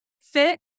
fit